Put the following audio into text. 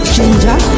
Ginger